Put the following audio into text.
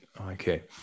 Okay